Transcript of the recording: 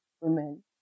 women